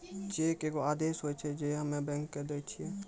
cheque एगो आदेश होय छै जे हम्मे बैंको के दै छिये